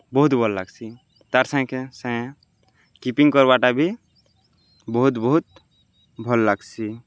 ବହୁତ୍ ଭଲ୍ ଲାଗ୍ସି ତାର୍ ସାଙ୍ଗ ସାଙ୍ଗେ କିପିଙ୍ଗ୍ କର୍ବାଟା ବି ବହୁତ୍ ବହୁତ୍ ଭଲ୍ ଲାଗ୍ସି